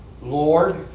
Lord